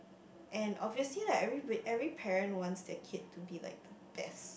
and obviously like everybody every parent wants their kid to be like the best